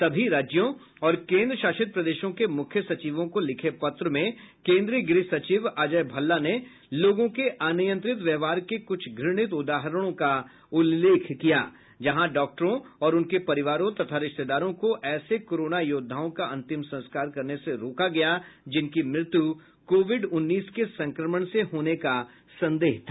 सभी राज्यों और केंद्रशासित प्रदेशों के मुख्य सचिवों को लिखे पत्र में केंद्रीय गृह सचिव अजय भल्ला ने लोगों के अनियंत्रित व्यवहार के कुछ घ्रणित उदाहरणों का उल्लेख किया जहां डॉक्टरों और उनके परिवारों तथा रिश्तेदारों को ऐसे कोरोना योद्धाओं का अंतिम संस्कार करने से रोका गया जिनकी मृत्यु कोविड उन्नीस के संक्रमण से होने का संदेह था